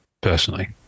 personally